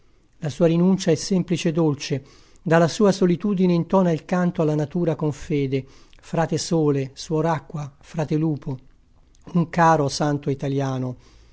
la sua rinuncia è semplice e dolce dalla sua solitudine intona il canto alla natura con fede frate sole suor acqua frate lupo un caro santo italiano